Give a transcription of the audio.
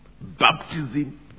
baptism